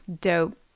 dope